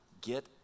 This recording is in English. get